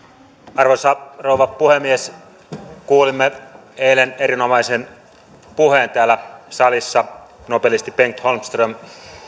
arvoisa rouva puhemies kuulimme eilen erinomaisen puheen täällä salissa nobelisti bengt holmström